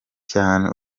cyane